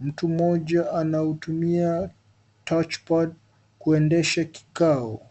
Mtu mmoja anautumia touchpad kuendesha kikao.